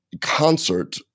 concert